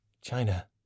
China